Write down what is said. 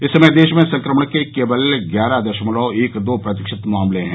इस समय देश में संक्रमण के केवल ग्यारह दशमलव एक दो प्रतिशत मामले हैं